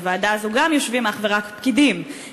בוועדה הזאת יושבים אך ורק פקידים,